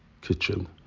kitchen